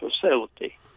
facility